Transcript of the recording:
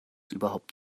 überhaupt